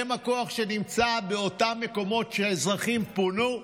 הם הכוח שנמצא באותם מקומות שהאזרחים פונו,